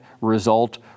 result